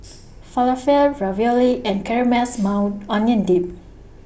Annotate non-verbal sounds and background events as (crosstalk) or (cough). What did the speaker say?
(noise) Falafel Ravioli and Caramelized Maui Onion Dip